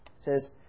says